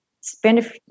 spend